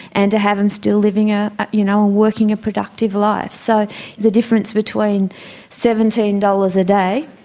and to have them still living, ah you know working a productive life. so the difference between seventeen dollars a day,